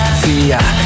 fear